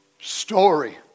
story